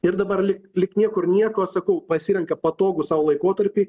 ir dabar lyg lyg niekur nieko sakau pasirenka patogų sau laikotarpį